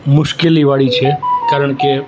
મુશ્કેલીવાળી છે કારણ કે